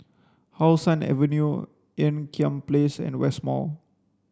how Sun Avenue Ean Kiam Place and West Mall